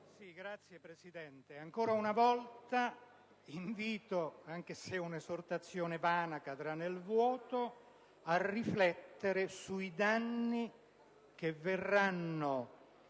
Signora Presidente, ancora una volta invito, anche se è un'esortazione vana, che cadrà nel vuoto, a riflettere sui danni che verranno